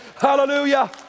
Hallelujah